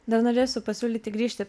dar norėsiu pasiūlyti grįžti